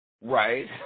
Right